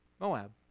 Moab